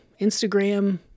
Instagram